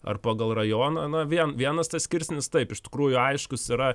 ar pagal rajoną na vien vienas tas skirsnis taip iš tikrųjų aiškus yra